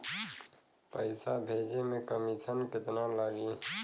पैसा भेजे में कमिशन केतना लागि?